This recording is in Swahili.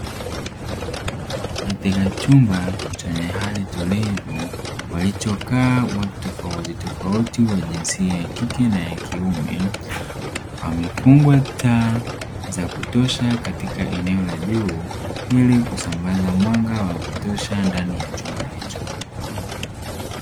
katika chumba chenye hali tulivu walichokaa watu tofautitofauti wa jinsia ya kike na ya kiume, pamefungwa taa zakutosha katika eneo la juu ili kusambaza mwanga wa kutosha ndani ya chumba hicho.